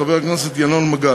חבר הכנסת ינון מגל,